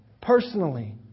personally